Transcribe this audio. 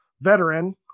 veteran